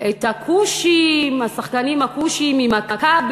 את השחקנים הכושים מ"מכבי"